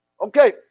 Okay